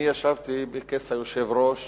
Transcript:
ישבתי על כס היושב-ראש